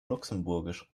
luxemburgisch